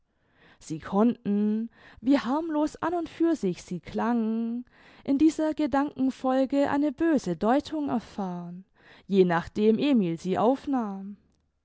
sie konnten wie harmlos an und für sich sie klangen in dieser gedankenfolge eine böse deutung erfahren je nachdem emil sie aufnahm